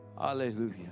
Hallelujah